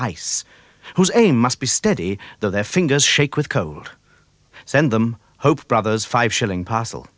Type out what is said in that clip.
ice who's a must be steady though their fingers shake with code send them hope brothers five shilling pos